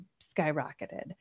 skyrocketed